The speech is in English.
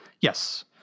yes